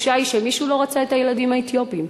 התחושה היא שמישהו לא רוצה את הילדים האתיופים.